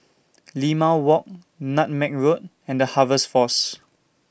Limau Walk Nutmeg Road and The Harvest Force